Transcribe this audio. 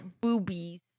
boobies